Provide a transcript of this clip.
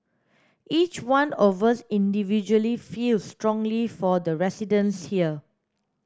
each one of us individually feels strongly for the residents here